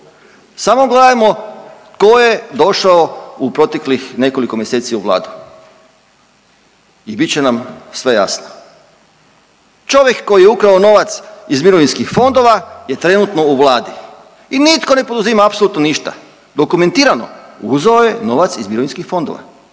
Samo gledajmo ko je došao u proteklih nekoliko mjeseci u vladu i bit će nam sve jasno. Čovjek koji je ukrao novac iz mirovinskih fondova je trenutno u vladi i nitko ne poduzima apsolutno ništa, dokumentirano uzeo je novac iz mirovinskih fondova,